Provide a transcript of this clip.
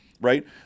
right